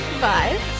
Bye